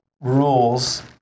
rules